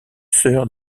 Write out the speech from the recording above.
sœur